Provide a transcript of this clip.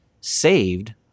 saved